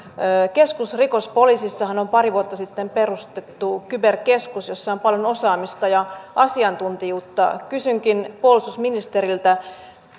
keskusrikospoliisissahan on pari vuotta sitten perustettu kyberkeskus jossa on paljon osaamista ja asiantuntijuutta kysynkin puolustusministeriltä